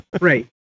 Right